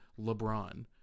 LeBron